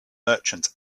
merchants